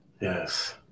Yes